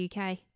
UK